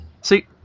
See